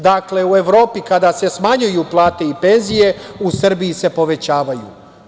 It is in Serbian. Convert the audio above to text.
Dakle, u Evropi kada se smanjuju plate i penzije, u Srbiji se povećavaju.